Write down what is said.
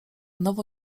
nowo